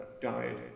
died